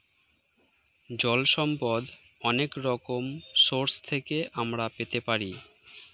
জল সম্পদ অনেক রকম সোর্স থেকে আমরা পেতে পারি